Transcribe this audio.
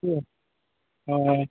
ए अ